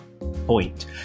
Point